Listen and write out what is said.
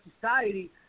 society